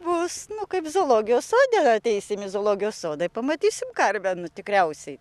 bus nu kaip zoologijos sode ateisime į zoologijos sodąir pamatysim karvę tikriausiai